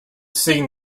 seen